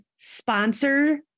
Sponsor